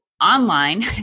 online